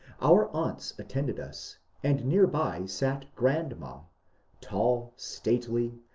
our aunts attended us, and near by sat grandma, a tall, stately,